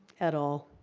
at all.